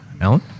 Alan